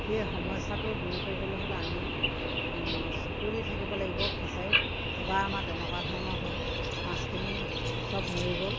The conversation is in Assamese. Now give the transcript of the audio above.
সেই সমস্যাটো দূৰ কৰিবলৈ হ'লে আমি চকু দি থাকিব লাগিব ফিছাৰীত এবাৰ আমাৰ তেনেকুৱা ধৰণৰ হ'ল মাছখিনি চব মৰি গ'ল